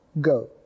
Go